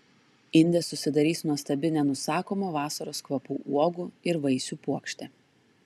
inde susidarys nuostabi nenusakomo vasaros kvapų uogų ir vaisių puokštė